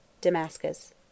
Damascus